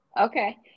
okay